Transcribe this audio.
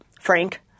Frank